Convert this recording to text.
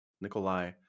Nikolai